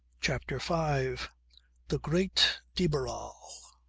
chapter five the great de barral